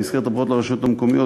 במסגרת הבחירות לרשויות המקומיות,